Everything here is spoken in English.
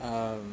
um